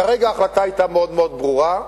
כרגע ההחלטה היתה מאוד מאוד ברורה,